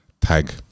tag